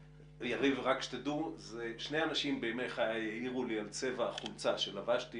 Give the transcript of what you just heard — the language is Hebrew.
רק שתדעו: שני אנשים בימי חיי העירו לי על צבע החולצה שלבשתי